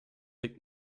liegt